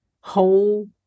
whole